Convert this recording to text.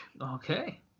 Okay